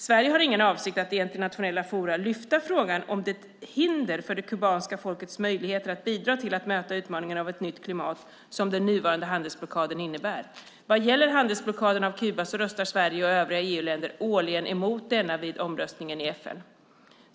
Sverige har ingen avsikt att i internationella forum lyfta frågan om det hinder för det kubanska folkets möjligheter att bidra till att möta utmaningen av ett nytt klimat som den nuvarande handelsblockaden innebär. Vad gäller handelsblockaden av Kuba röstar Sverige och övriga EU årligen emot denna vid omröstningen i FN.